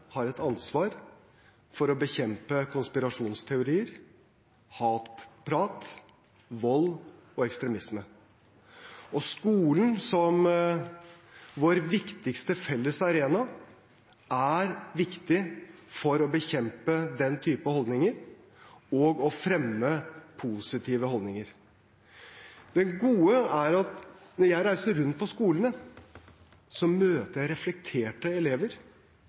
har et ansvar for å bekjempe konspirasjonsteorier, hatprat, vold og ekstremisme. Skolen, som vår viktigste felles arena, er viktig for å bekjempe den typen holdninger og fremme positive holdninger. Det gode er at når jeg reiser rundt på skolene, møter jeg reflekterte elever